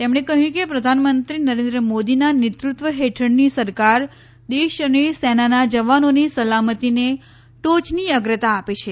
તેમણે કહ્યું કે પ્રધાનમત્રી નરેન્દ્રમોદીનાં નેતૃત્વ હેઠળની સરકાર દેશ અને સેનાનાં જવાનોની સલામતીને ટોચની અગ્રતા આપે છે